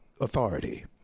authority